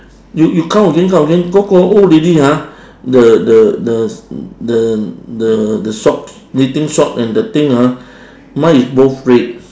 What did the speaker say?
you you count again count again go go old already ah the the the the the the socks knitting sock and the thing ah mine is both red